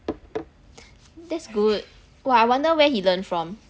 that's good !wah! I wonder where he learn from